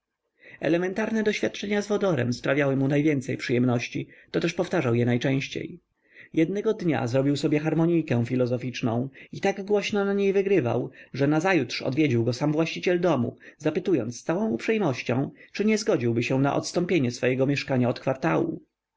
elementarne doświadczenia z wodorem sprawiały mu najwięcej przyjemności to też powtarzał je najczęściej jednego dnia zrobił sobie harmonijkę filozoficzną i tak głośno na niej wygrywał że nazajutrz odwiedził go sam właściciel domu zapytując z całą uprzejmością czy nie zgodziłby się na odstąpienie swojego mieszkania od kwartału